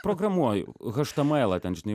programuoju htmelą ten žinai